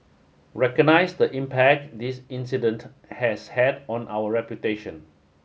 recognise the impact this incident has had on our reputation